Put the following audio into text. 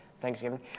Thanksgiving